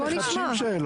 מאחר ויש אחריות לשר,